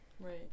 right